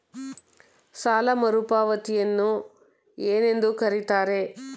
ಸಾಲ ಮರುಪಾವತಿಯನ್ನು ಏನೆಂದು ಕರೆಯುತ್ತಾರೆ?